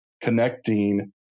connecting